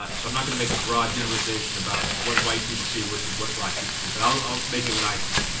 ah so i'm not gonna make a broad generalization about what white people see versus what black people and see, but i'll make it what i see.